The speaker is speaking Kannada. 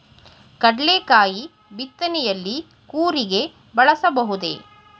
ಕಡ್ಲೆಕಾಯಿ ಬಿತ್ತನೆಯಲ್ಲಿ ಕೂರಿಗೆ ಬಳಸಬಹುದೇ?